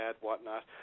whatnot